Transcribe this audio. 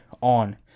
on